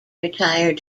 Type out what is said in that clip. retired